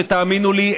שתאמינו לי,